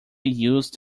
used